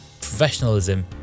professionalism